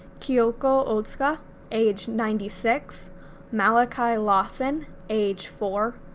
kiyoko otsuka age ninety six malachi lawson age four,